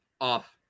Off